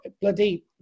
Bloody